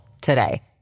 today